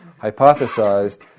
hypothesized